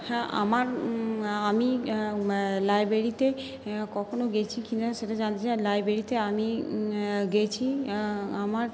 হ্যাঁ আমার আমি লাইব্রেরিতে কখনো গিয়েছি কিনা সেটা জানি না লাইব্রেরিতে আমি গিয়েছি আমার